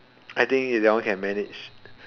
I think that one can manage